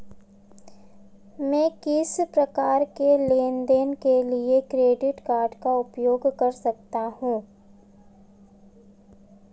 मैं किस प्रकार के लेनदेन के लिए क्रेडिट कार्ड का उपयोग कर सकता हूं?